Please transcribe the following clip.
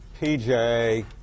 pj